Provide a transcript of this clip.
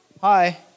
hi